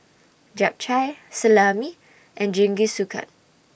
Japchae Salami and Jingisukan